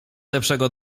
lepszego